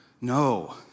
no